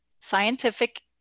scientific